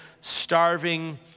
starving